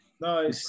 No